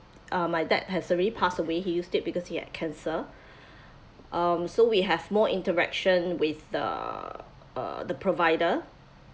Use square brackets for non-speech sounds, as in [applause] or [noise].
uh my dad has already passed away he used it because he had cancer [breath] um so we have more interaction with the uh the provider